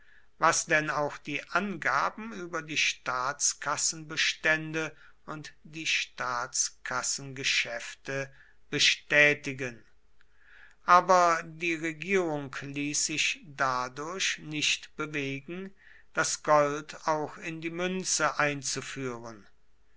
was denn auch die angaben über die staatskassenbestände und die staatskassengeschäfte bestätigen aber die regierung ließ sich dadurch nicht bewegen das gold auch in die münze einzuführen